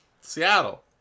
Seattle